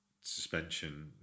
suspension